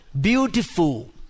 Beautiful